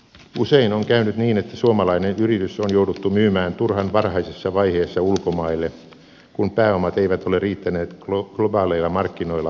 usein on käynyt niin että suomalainen yritys on jouduttu myymään turhan varhaisessa vaiheessa ulkomaille kun pääomat eivät ole riittäneet globaaleilla markkinoilla onnistumiseen